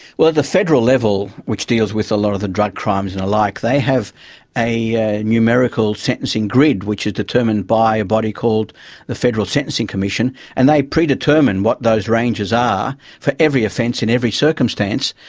well, the federal level which deals with a lot of the drug crimes and the like, they have a a numerical sentencing grid which is determined by a body called the federal sentencing commission, and they predetermine what those ranges are for every offence in every circumstance.